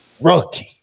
Rookie